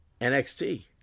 NXT